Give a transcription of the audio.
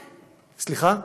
האוכלוסייה הערבית, סליחה?